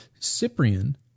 Cyprian